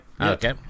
okay